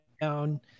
down